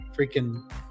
freaking